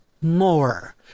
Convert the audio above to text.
more